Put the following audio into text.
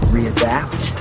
Readapt